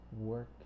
work